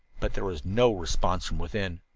but there was no response from within.